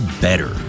better